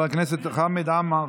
מוותר.